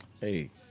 Hey